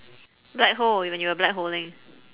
black hole when you were black holing